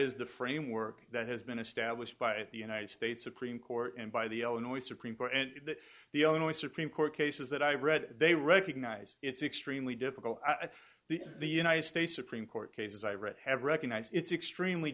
is the framework that has been established by the united states supreme court and by the illinois supreme court and the illinois supreme court cases that i've read they recognize it's extremely difficult i think the the united states supreme court cases i read have recognize it's extremely